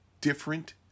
different